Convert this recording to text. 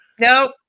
Nope